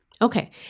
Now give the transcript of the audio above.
Okay